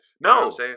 No